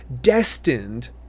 destined